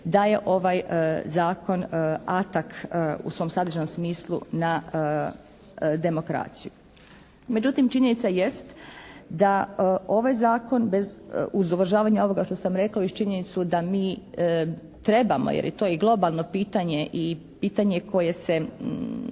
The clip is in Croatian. da je ovaj zakon atak u svom sadržajnom smislu na demokraciju. Međutim činjenica jest da ovaj zakon uz uvažavanje ovoga što sam rekla i uz činjenicu da mi trebamo jer je to i globalno pitanje i pitanje koje se